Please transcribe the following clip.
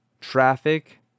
traffic